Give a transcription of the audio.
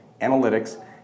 analytics